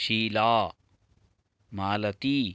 Sheela Malti